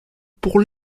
pour